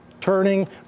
turning